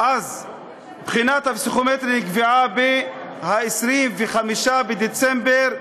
אז בחינת הפסיכומטרי נקבעה ל-25 בדצמבר,